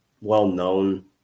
well-known